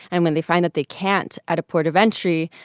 and when they find that they can't at a port of entry,